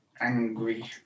angry